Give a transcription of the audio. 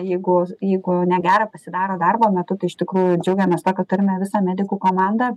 jeigu jeigu negera pasidaro darbo metu tai iš tikrųjų džiaugiamės tuo kad turime visą medikų komandą